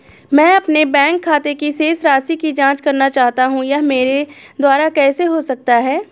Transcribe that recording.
मैं अपने बैंक खाते की शेष राशि की जाँच करना चाहता हूँ यह मेरे द्वारा कैसे हो सकता है?